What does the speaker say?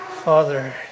Father